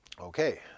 Okay